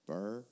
Burr